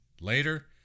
Later